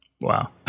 Wow